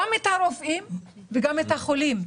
גם את הרופאים וגם את החולים.